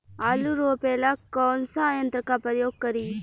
आलू रोपे ला कौन सा यंत्र का प्रयोग करी?